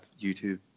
YouTube